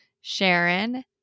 Sharon